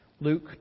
Luke